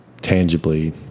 tangibly